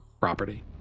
property